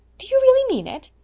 do you really mean it?